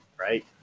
right